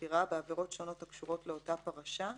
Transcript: חקירה בעבירות שונות הקשורות לאותה פרשה,